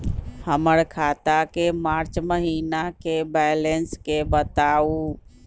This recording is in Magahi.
हमर खाता के मार्च महीने के बैलेंस के बताऊ?